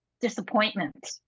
disappointment